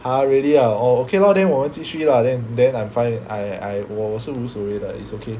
!huh! really ah oh okay lor then 我们继续 lah then then I'm fine I I 我是无所谓的 it's okay